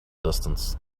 distance